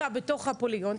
אתה בתוך הפוליגון,